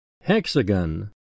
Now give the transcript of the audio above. Hexagon